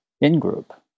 in-group